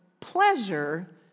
pleasure